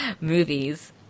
movies